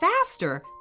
faster